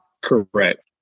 Correct